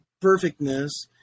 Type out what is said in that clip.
perfectness